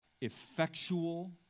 effectual